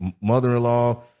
mother-in-law